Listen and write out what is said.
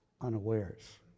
unawares